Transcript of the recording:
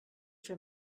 fer